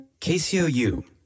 KCOU